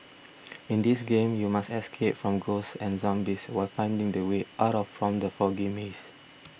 in this game you must escape from ghosts and zombies while finding the way out of from the foggy maze